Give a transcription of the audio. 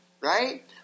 right